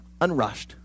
unrushed